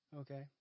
Okay